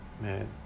Man